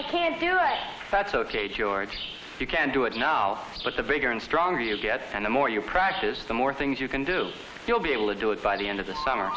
i can't do it that's ok george you can do it now but the bigger and stronger you get and the more you practice the more things you can do you'll be able to do it by the end of the summer